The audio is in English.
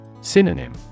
Synonym